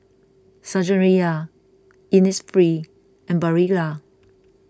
Saizeriya Innisfree and Barilla